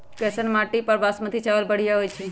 कैसन माटी पर बासमती चावल बढ़िया होई छई?